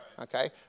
Okay